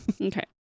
Okay